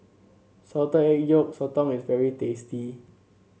Salted Egg Yolk Sotong is very tasty